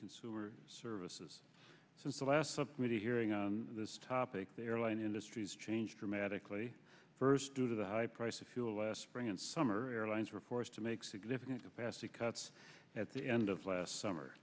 consumer services since the last hearing on this topic the airline industry has changed dramatically due to the high price of fuel last spring and summer airlines were forced to make significant capacity cuts at the end of last summer